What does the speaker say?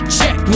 check